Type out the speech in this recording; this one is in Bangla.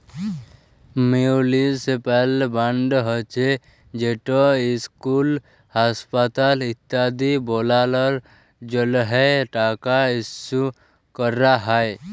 মিউলিসিপ্যাল বল্ড হছে যেট ইসকুল, হাঁসপাতাল ইত্যাদি বালালর জ্যনহে টাকা ইস্যু ক্যরা হ্যয়